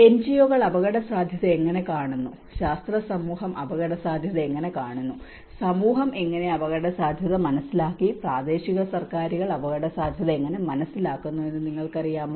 എൻജിഒകൾ അപകടസാധ്യത എങ്ങനെ കാണുന്നു ശാസ്ത്ര സമൂഹം അപകടസാധ്യത എങ്ങനെ കാണുന്നു സമൂഹം എങ്ങനെ അപകടസാധ്യത മനസ്സിലാക്കി പ്രാദേശിക സർക്കാരുകൾ അപകടസാധ്യത എങ്ങനെ മനസ്സിലാക്കുന്നു എന്ന് നിങ്ങൾക്ക് അറിയാമോ